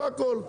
זה הכול.